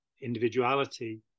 individuality